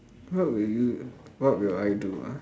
what will you what will I do ah